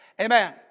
Amen